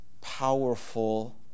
powerful